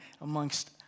amongst